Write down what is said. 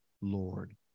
Lord